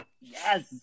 Yes